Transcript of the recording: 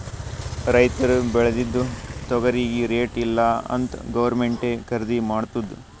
ರೈತುರ್ ಬೇಳ್ದಿದು ತೊಗರಿಗಿ ರೇಟ್ ಇಲ್ಲ ಅಂತ್ ಗೌರ್ಮೆಂಟೇ ಖರ್ದಿ ಮಾಡ್ತುದ್